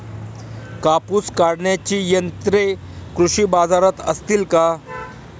कापूस काढण्याची यंत्रे कृषी बाजारात असतील का?